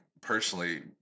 personally